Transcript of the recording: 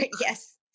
yes